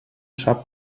sap